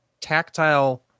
tactile